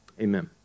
Amen